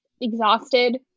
Exhausted